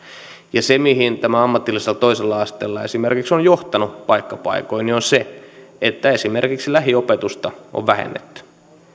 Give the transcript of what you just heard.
ja se mihin tämä ammatillisella toisella asteella esimerkiksi on johtanut paikka paikoin on se että esimerkiksi lähiopetusta on vähennetty